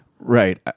right